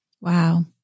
Wow